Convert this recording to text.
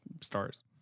Stars